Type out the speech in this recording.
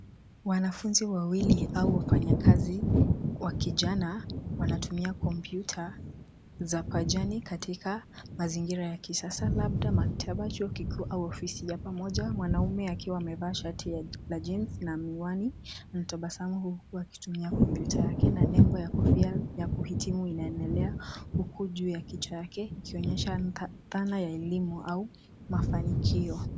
Wanafunzi wawili au wafanyakazi wa kijana wanatumia kompyuta za pajani katika mazingira ya kisasa labda maktaba chuo kikuu au ofisi ya pamoja mwanamume akiwa amevaa shati la jeans na miwani, anatabasamu huku akitumia kompyuta yake na nembo ya kofia ya kuhitimu inaenelea huku juu ya kichwa yake ikionyesha dhana ya elimu au mafanikio.